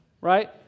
right